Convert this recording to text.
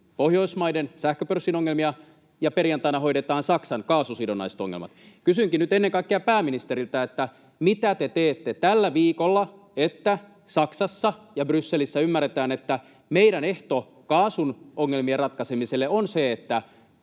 Pohjoismaiden sähköpörssin ongelmia, ja perjantaina hoidetaan Saksan kaasusidonnaiset ongelmat. Kysynkin nyt ennen kaikkea pääministeriltä: mitä te teette tällä viikolla, että Saksassa ja Brysselissä ymmärretään, että meidän ehtomme kaasun ongelmien ratkaisemiselle on